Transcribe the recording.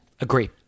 agree